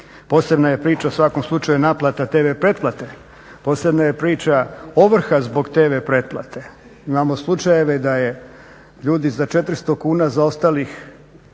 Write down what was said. Posebna je priča u svakom slučaju naplata tv pretplate, posebna je priča ovrha zbog tv pretplate. Imamo slučajeve da je ljudi za 400 kuna zaostalih